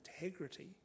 integrity